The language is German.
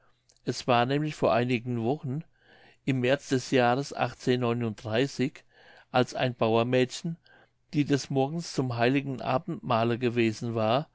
es war nämlich vor einigen wochen im märz des jahres als ein bauernmädchen die des morgens zum heiligen abendmahle gewesen war